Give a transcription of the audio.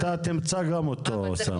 אתה תמצא גם אותו.